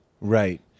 Right